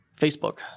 Facebook